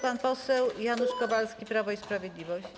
Pan poseł Janusz Kowalski, Prawo i Sprawiedliwość.